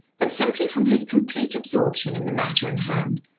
but simply from his complete absorption in the matter in hand,